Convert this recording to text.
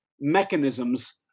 mechanisms